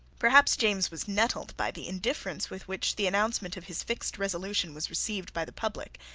perhaps james was nettled by the indifference with which the announcement of his fixed resolution was received by the public,